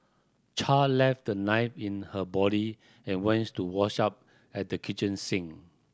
char left the knife in her body and went to wash up at the kitchen sink